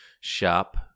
shop